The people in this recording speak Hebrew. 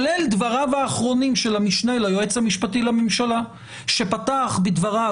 כולל דבריו האחרונים של המשנה ליועץ המשפטי לממשלה שפתח בדבריו